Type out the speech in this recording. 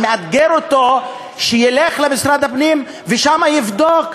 אני מאתגר אותו שילך למשרד הפנים ושם יבדוק.